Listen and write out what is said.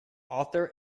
author